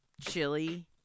chili